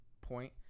point